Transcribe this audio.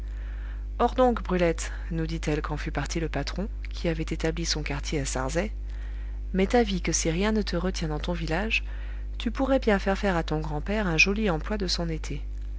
or donc brulette nous dit-elle quand fut parti le patron qui avait établi son quartier à sarzay m'est avis que si rien ne te retient dans ton village tu pourrais bien faire faire à ton grand-père un joli emploi de son été